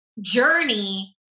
journey